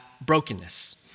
brokenness